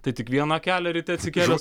tai tik vieną kelią ryte atsikėlęs